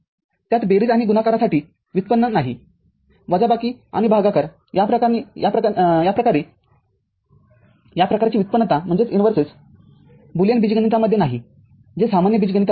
त्यात बेरीज आणि गुणाकारासाठी व्युत्पन्न नाही वजाबाकी आणि भागाकार याप्रमाणेया प्रकारची व्युत्पन्नताबुलियन बीजगणितामध्ये नाही जी सामान्य बीजगणितामध्ये आहे